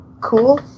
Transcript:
Cool